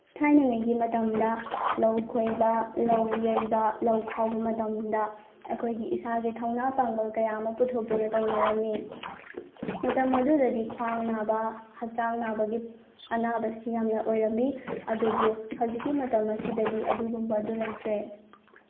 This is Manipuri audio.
ꯊꯥꯏꯉꯩꯒꯤ ꯃꯇꯝꯗ ꯂꯧ ꯈꯣꯏꯕ ꯂꯧ ꯌꯩꯕ ꯂꯧ ꯈꯥꯎꯕ ꯃꯇꯝꯗ ꯑꯩꯈꯣꯏꯒꯤ ꯏꯁꯥꯒꯤ ꯊꯧꯅꯥ ꯄꯥꯡꯒꯜ ꯀꯌꯥ ꯑꯃ ꯄꯨꯊꯣꯛꯇꯨꯅ ꯇꯧꯅꯔꯝꯃꯤ ꯃꯇꯝ ꯑꯗꯨꯗꯗꯤ ꯈ꯭ꯋꯥꯡ ꯅꯥꯕ ꯍꯛꯆꯥꯡ ꯅꯥꯕꯒꯤ ꯑꯅꯥꯕꯁꯤ ꯌꯥꯝꯅ ꯑꯣꯏꯔꯝꯃꯤ ꯑꯗꯨꯕꯨ ꯍꯧꯖꯤꯛꯀꯤ ꯃꯇꯝ ꯑꯁꯤꯗꯗꯤ ꯑꯗꯨꯒꯨꯝꯕ ꯑꯗꯨ ꯂꯩꯇ꯭ꯔꯦ